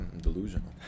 delusional